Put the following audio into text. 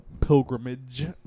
pilgrimage